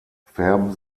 färben